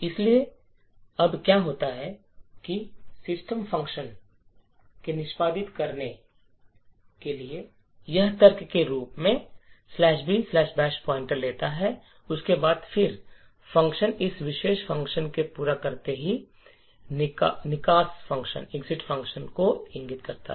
इसलिए अब क्या होता है सिस्टम फ़ंक्शन निष्पादित करता है यह तर्क के रूप में bin bash pointer "binbash" pointer लेता है और उसके बाद फ़ंक्शन इस विशेष फ़ंक्शन को पूरा करता है जो निकास फ़ंक्शन को इंगित करता है